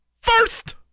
first